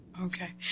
Okay